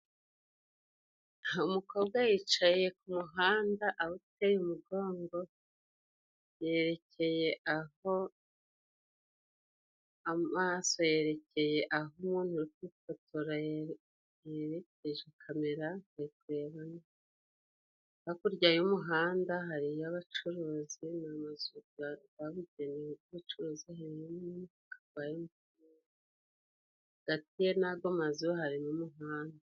Umukobwa yicaye ku muhanda awuteye umugongo. Yerekeye aho, amaso yerekeye aho umuntu uri kumufotora yerekeje kamera bari kurebana. Hakurya y'umuhanda hariyo abacuruzi mu mazu gabugenewe g'ubucuruzi, hariho n'umutaka gwa emutiyeni, hagati ye n'ago mazu harimo umuhanda.